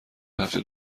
هفته